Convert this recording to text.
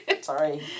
Sorry